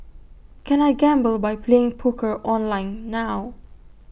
can I gamble by playing poker online now